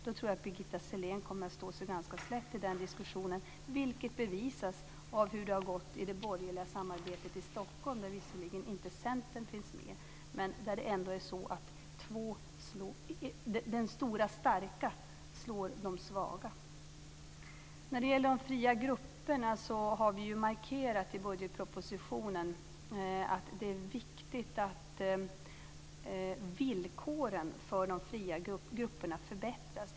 Då tror jag att Birgitta Sellén kommer att stå sig ganska slätt i diskussionen, vilket bevisas av hur det har gått i det borgerliga samarbetet i Stockholm. Där finns visserligen inte Centern med, men där är det ändå så att den stora starka slår de svaga. När det gäller de fria grupperna har vi ju markerat i budgetpropositionen att det är viktigt att villkoren för de fria grupperna förbättras.